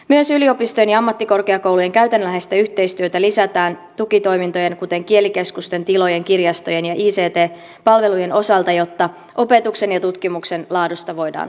myös yliopistojen ja ammattikorkeakoulujen käytännönläheistä yhteistyötä lisätään tukitoimintojen kuten kielikeskusten tilojen kirjastojen ja ict palvelujen osalta jotta opetuksen ja tutkimuksen laadusta voidaan huolehtia